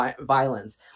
violence